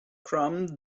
crumbs